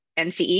NCE